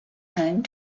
home